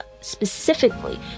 specifically